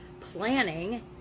planning